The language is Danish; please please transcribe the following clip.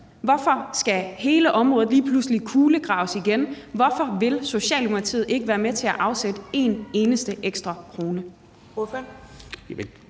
Hvorfor skal hele området lige pludselig kulegraves igen? Hvorfor vil Socialdemokratiet ikke være med til at afsætte en eneste ekstra krone?